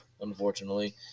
unfortunately